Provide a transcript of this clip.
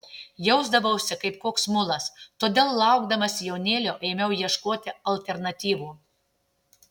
jausdavausi kaip koks mulas todėl laukdamasi jaunėlio ėmiau ieškoti alternatyvų